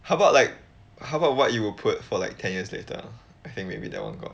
how about like how about what you will put for like ten years later I think maybe that will go